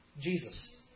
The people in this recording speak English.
Jesus